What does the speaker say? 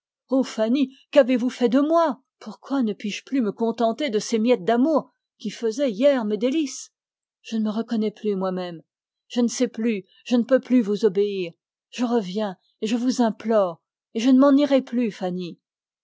ô fanny qu'avez-vous fait de moi pourquoi ne puis-je plus me contenter de ces miettes d'amour qui faisaient hier mes délices je ne me reconnais plus moi-même je ne peux plus vous obéir je reviens et je vous implore et je ne m'en irai plus fanny